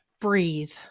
breathe